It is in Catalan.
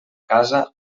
casa